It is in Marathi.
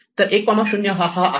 तर 10 हा आहे